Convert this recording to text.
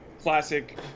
classic